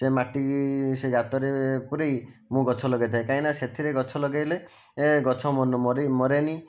ସେ ମାଟିକି ସେ ଗାତରେ ପୁରାଇ ମୁଁ ଗଛ ଲଗାଇଥାଏ କାଇଁନା ସେଥିରେ ଗଛ ଲଗାଇଲେ ଏ ଗଛ ମରେନି